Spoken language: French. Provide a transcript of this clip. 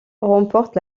remporte